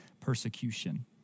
persecution